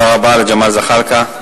תודה רבה לג'מאל זחאלקה.